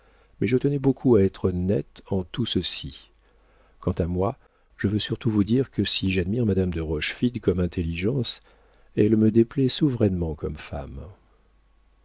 mais je tenais beaucoup à être net en tout ceci quant à moi je veux surtout vous dire que si j'admire madame de rochefide comme intelligence elle me déplaît souverainement comme femme